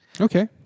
Okay